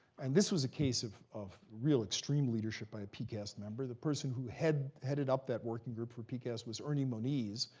and this was a case of of real extreme leadership by a pcast member. the person who headed up that working group for pcast was ernie moniz.